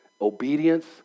Obedience